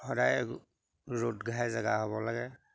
সদায় ৰ'দ ঘাই জেগা হ'ব লাগে